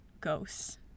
ghosts